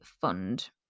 fund